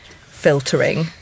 filtering